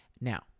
Now